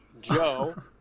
Joe